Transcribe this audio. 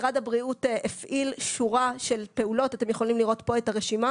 משרד הבריאות הפעיל שורה של פעולות אתם יכולים לראות פה את הרשימה